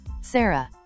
Sarah